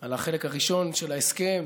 על החלק הראשון של ההסכם.